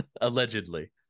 Allegedly